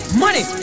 money